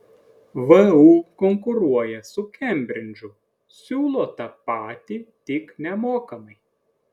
vu konkuruoja su kembridžu siūlo tą patį tik nemokamai